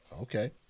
Okay